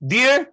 Dear